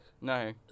No